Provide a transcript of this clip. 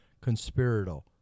conspiratorial